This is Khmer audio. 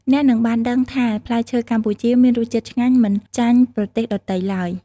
អ្នកនឹងបានដឹងថាផ្លែឈើកម្ពុជាមានរសជាតិឆ្ងាញ់មិនចាញ់ប្រទេសដទៃឡើយ។